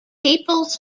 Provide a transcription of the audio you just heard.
peoples